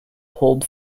hold